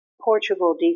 Portugal